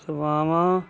ਸੇਵਾਵਾਂ